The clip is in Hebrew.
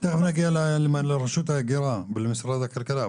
תיכף נגיע לרשות ההגירה ולמשרד הכלכלה,